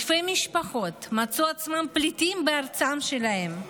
אלפי משפחות מצאו עצמן פליטות בארצן שלהן.